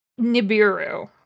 Nibiru